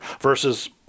versus